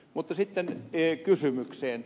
mutta sitten kysymykseen